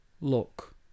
look